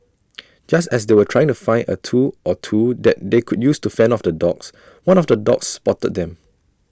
just as they were trying to find A tool or two that they could use to fend off the dogs one of the dogs spotted them